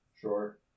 Sure